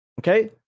Okay